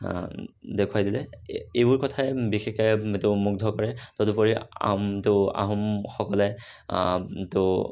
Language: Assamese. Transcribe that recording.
দেখুৱাই দিলে এ এইবোৰ কথাই বিশেষকে ত' মুগ্ধ কৰে তদুপৰি আহোম ত' আহোমসকলে ত'